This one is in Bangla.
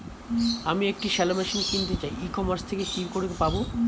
আমি একটি শ্যালো মেশিন কিনতে চাই ই কমার্স থেকে কি করে পাবো?